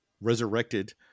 resurrected